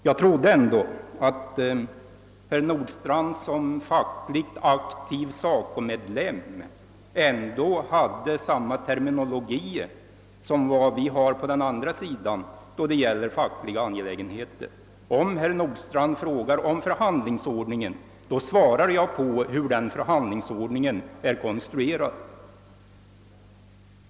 Jag trodde ändå att herr Nordstrandh som fackligt aktiv SACO-medlem använde samma terminologi som vi på den andra sidan, då det gäller fackliga angelägenheter. Om herr Nordstrandh frågar om förhandlingsordningen, talar jag om hur den förhandlingsordningen är konstruerad.